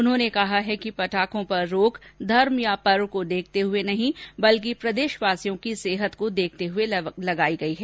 उन्होंने कहा है कि पटाखों पर रोक धर्म या पर्व को देखते हुए नहीं बल्कि प्रदेशवासियों की सेहत को देखते हुए लगाई गई है